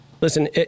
Listen